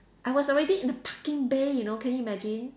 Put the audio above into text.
I was already in the parking bay you know can you imagine